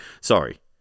Sorry